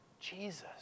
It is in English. Jesus